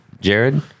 jared